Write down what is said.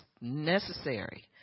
necessary